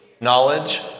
knowledge